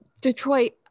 Detroit